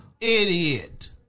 Idiot